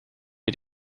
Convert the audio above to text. het